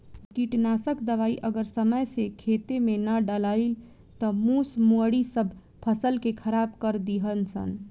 कीटनाशक दवाई अगर समय से खेते में ना डलाइल त मूस मुसड़ी सब फसल के खराब कर दीहन सन